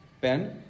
Ben